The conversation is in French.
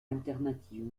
alternative